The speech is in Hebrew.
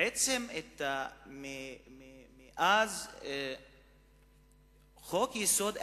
בעצם מאז העברת חוק-היסוד,